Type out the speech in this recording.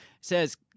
says